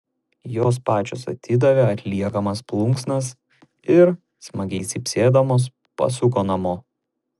jos pačios atidavė atliekamas plunksnas ir smagiai cypsėdamos pasuko namo